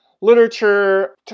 literature